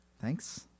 Thanks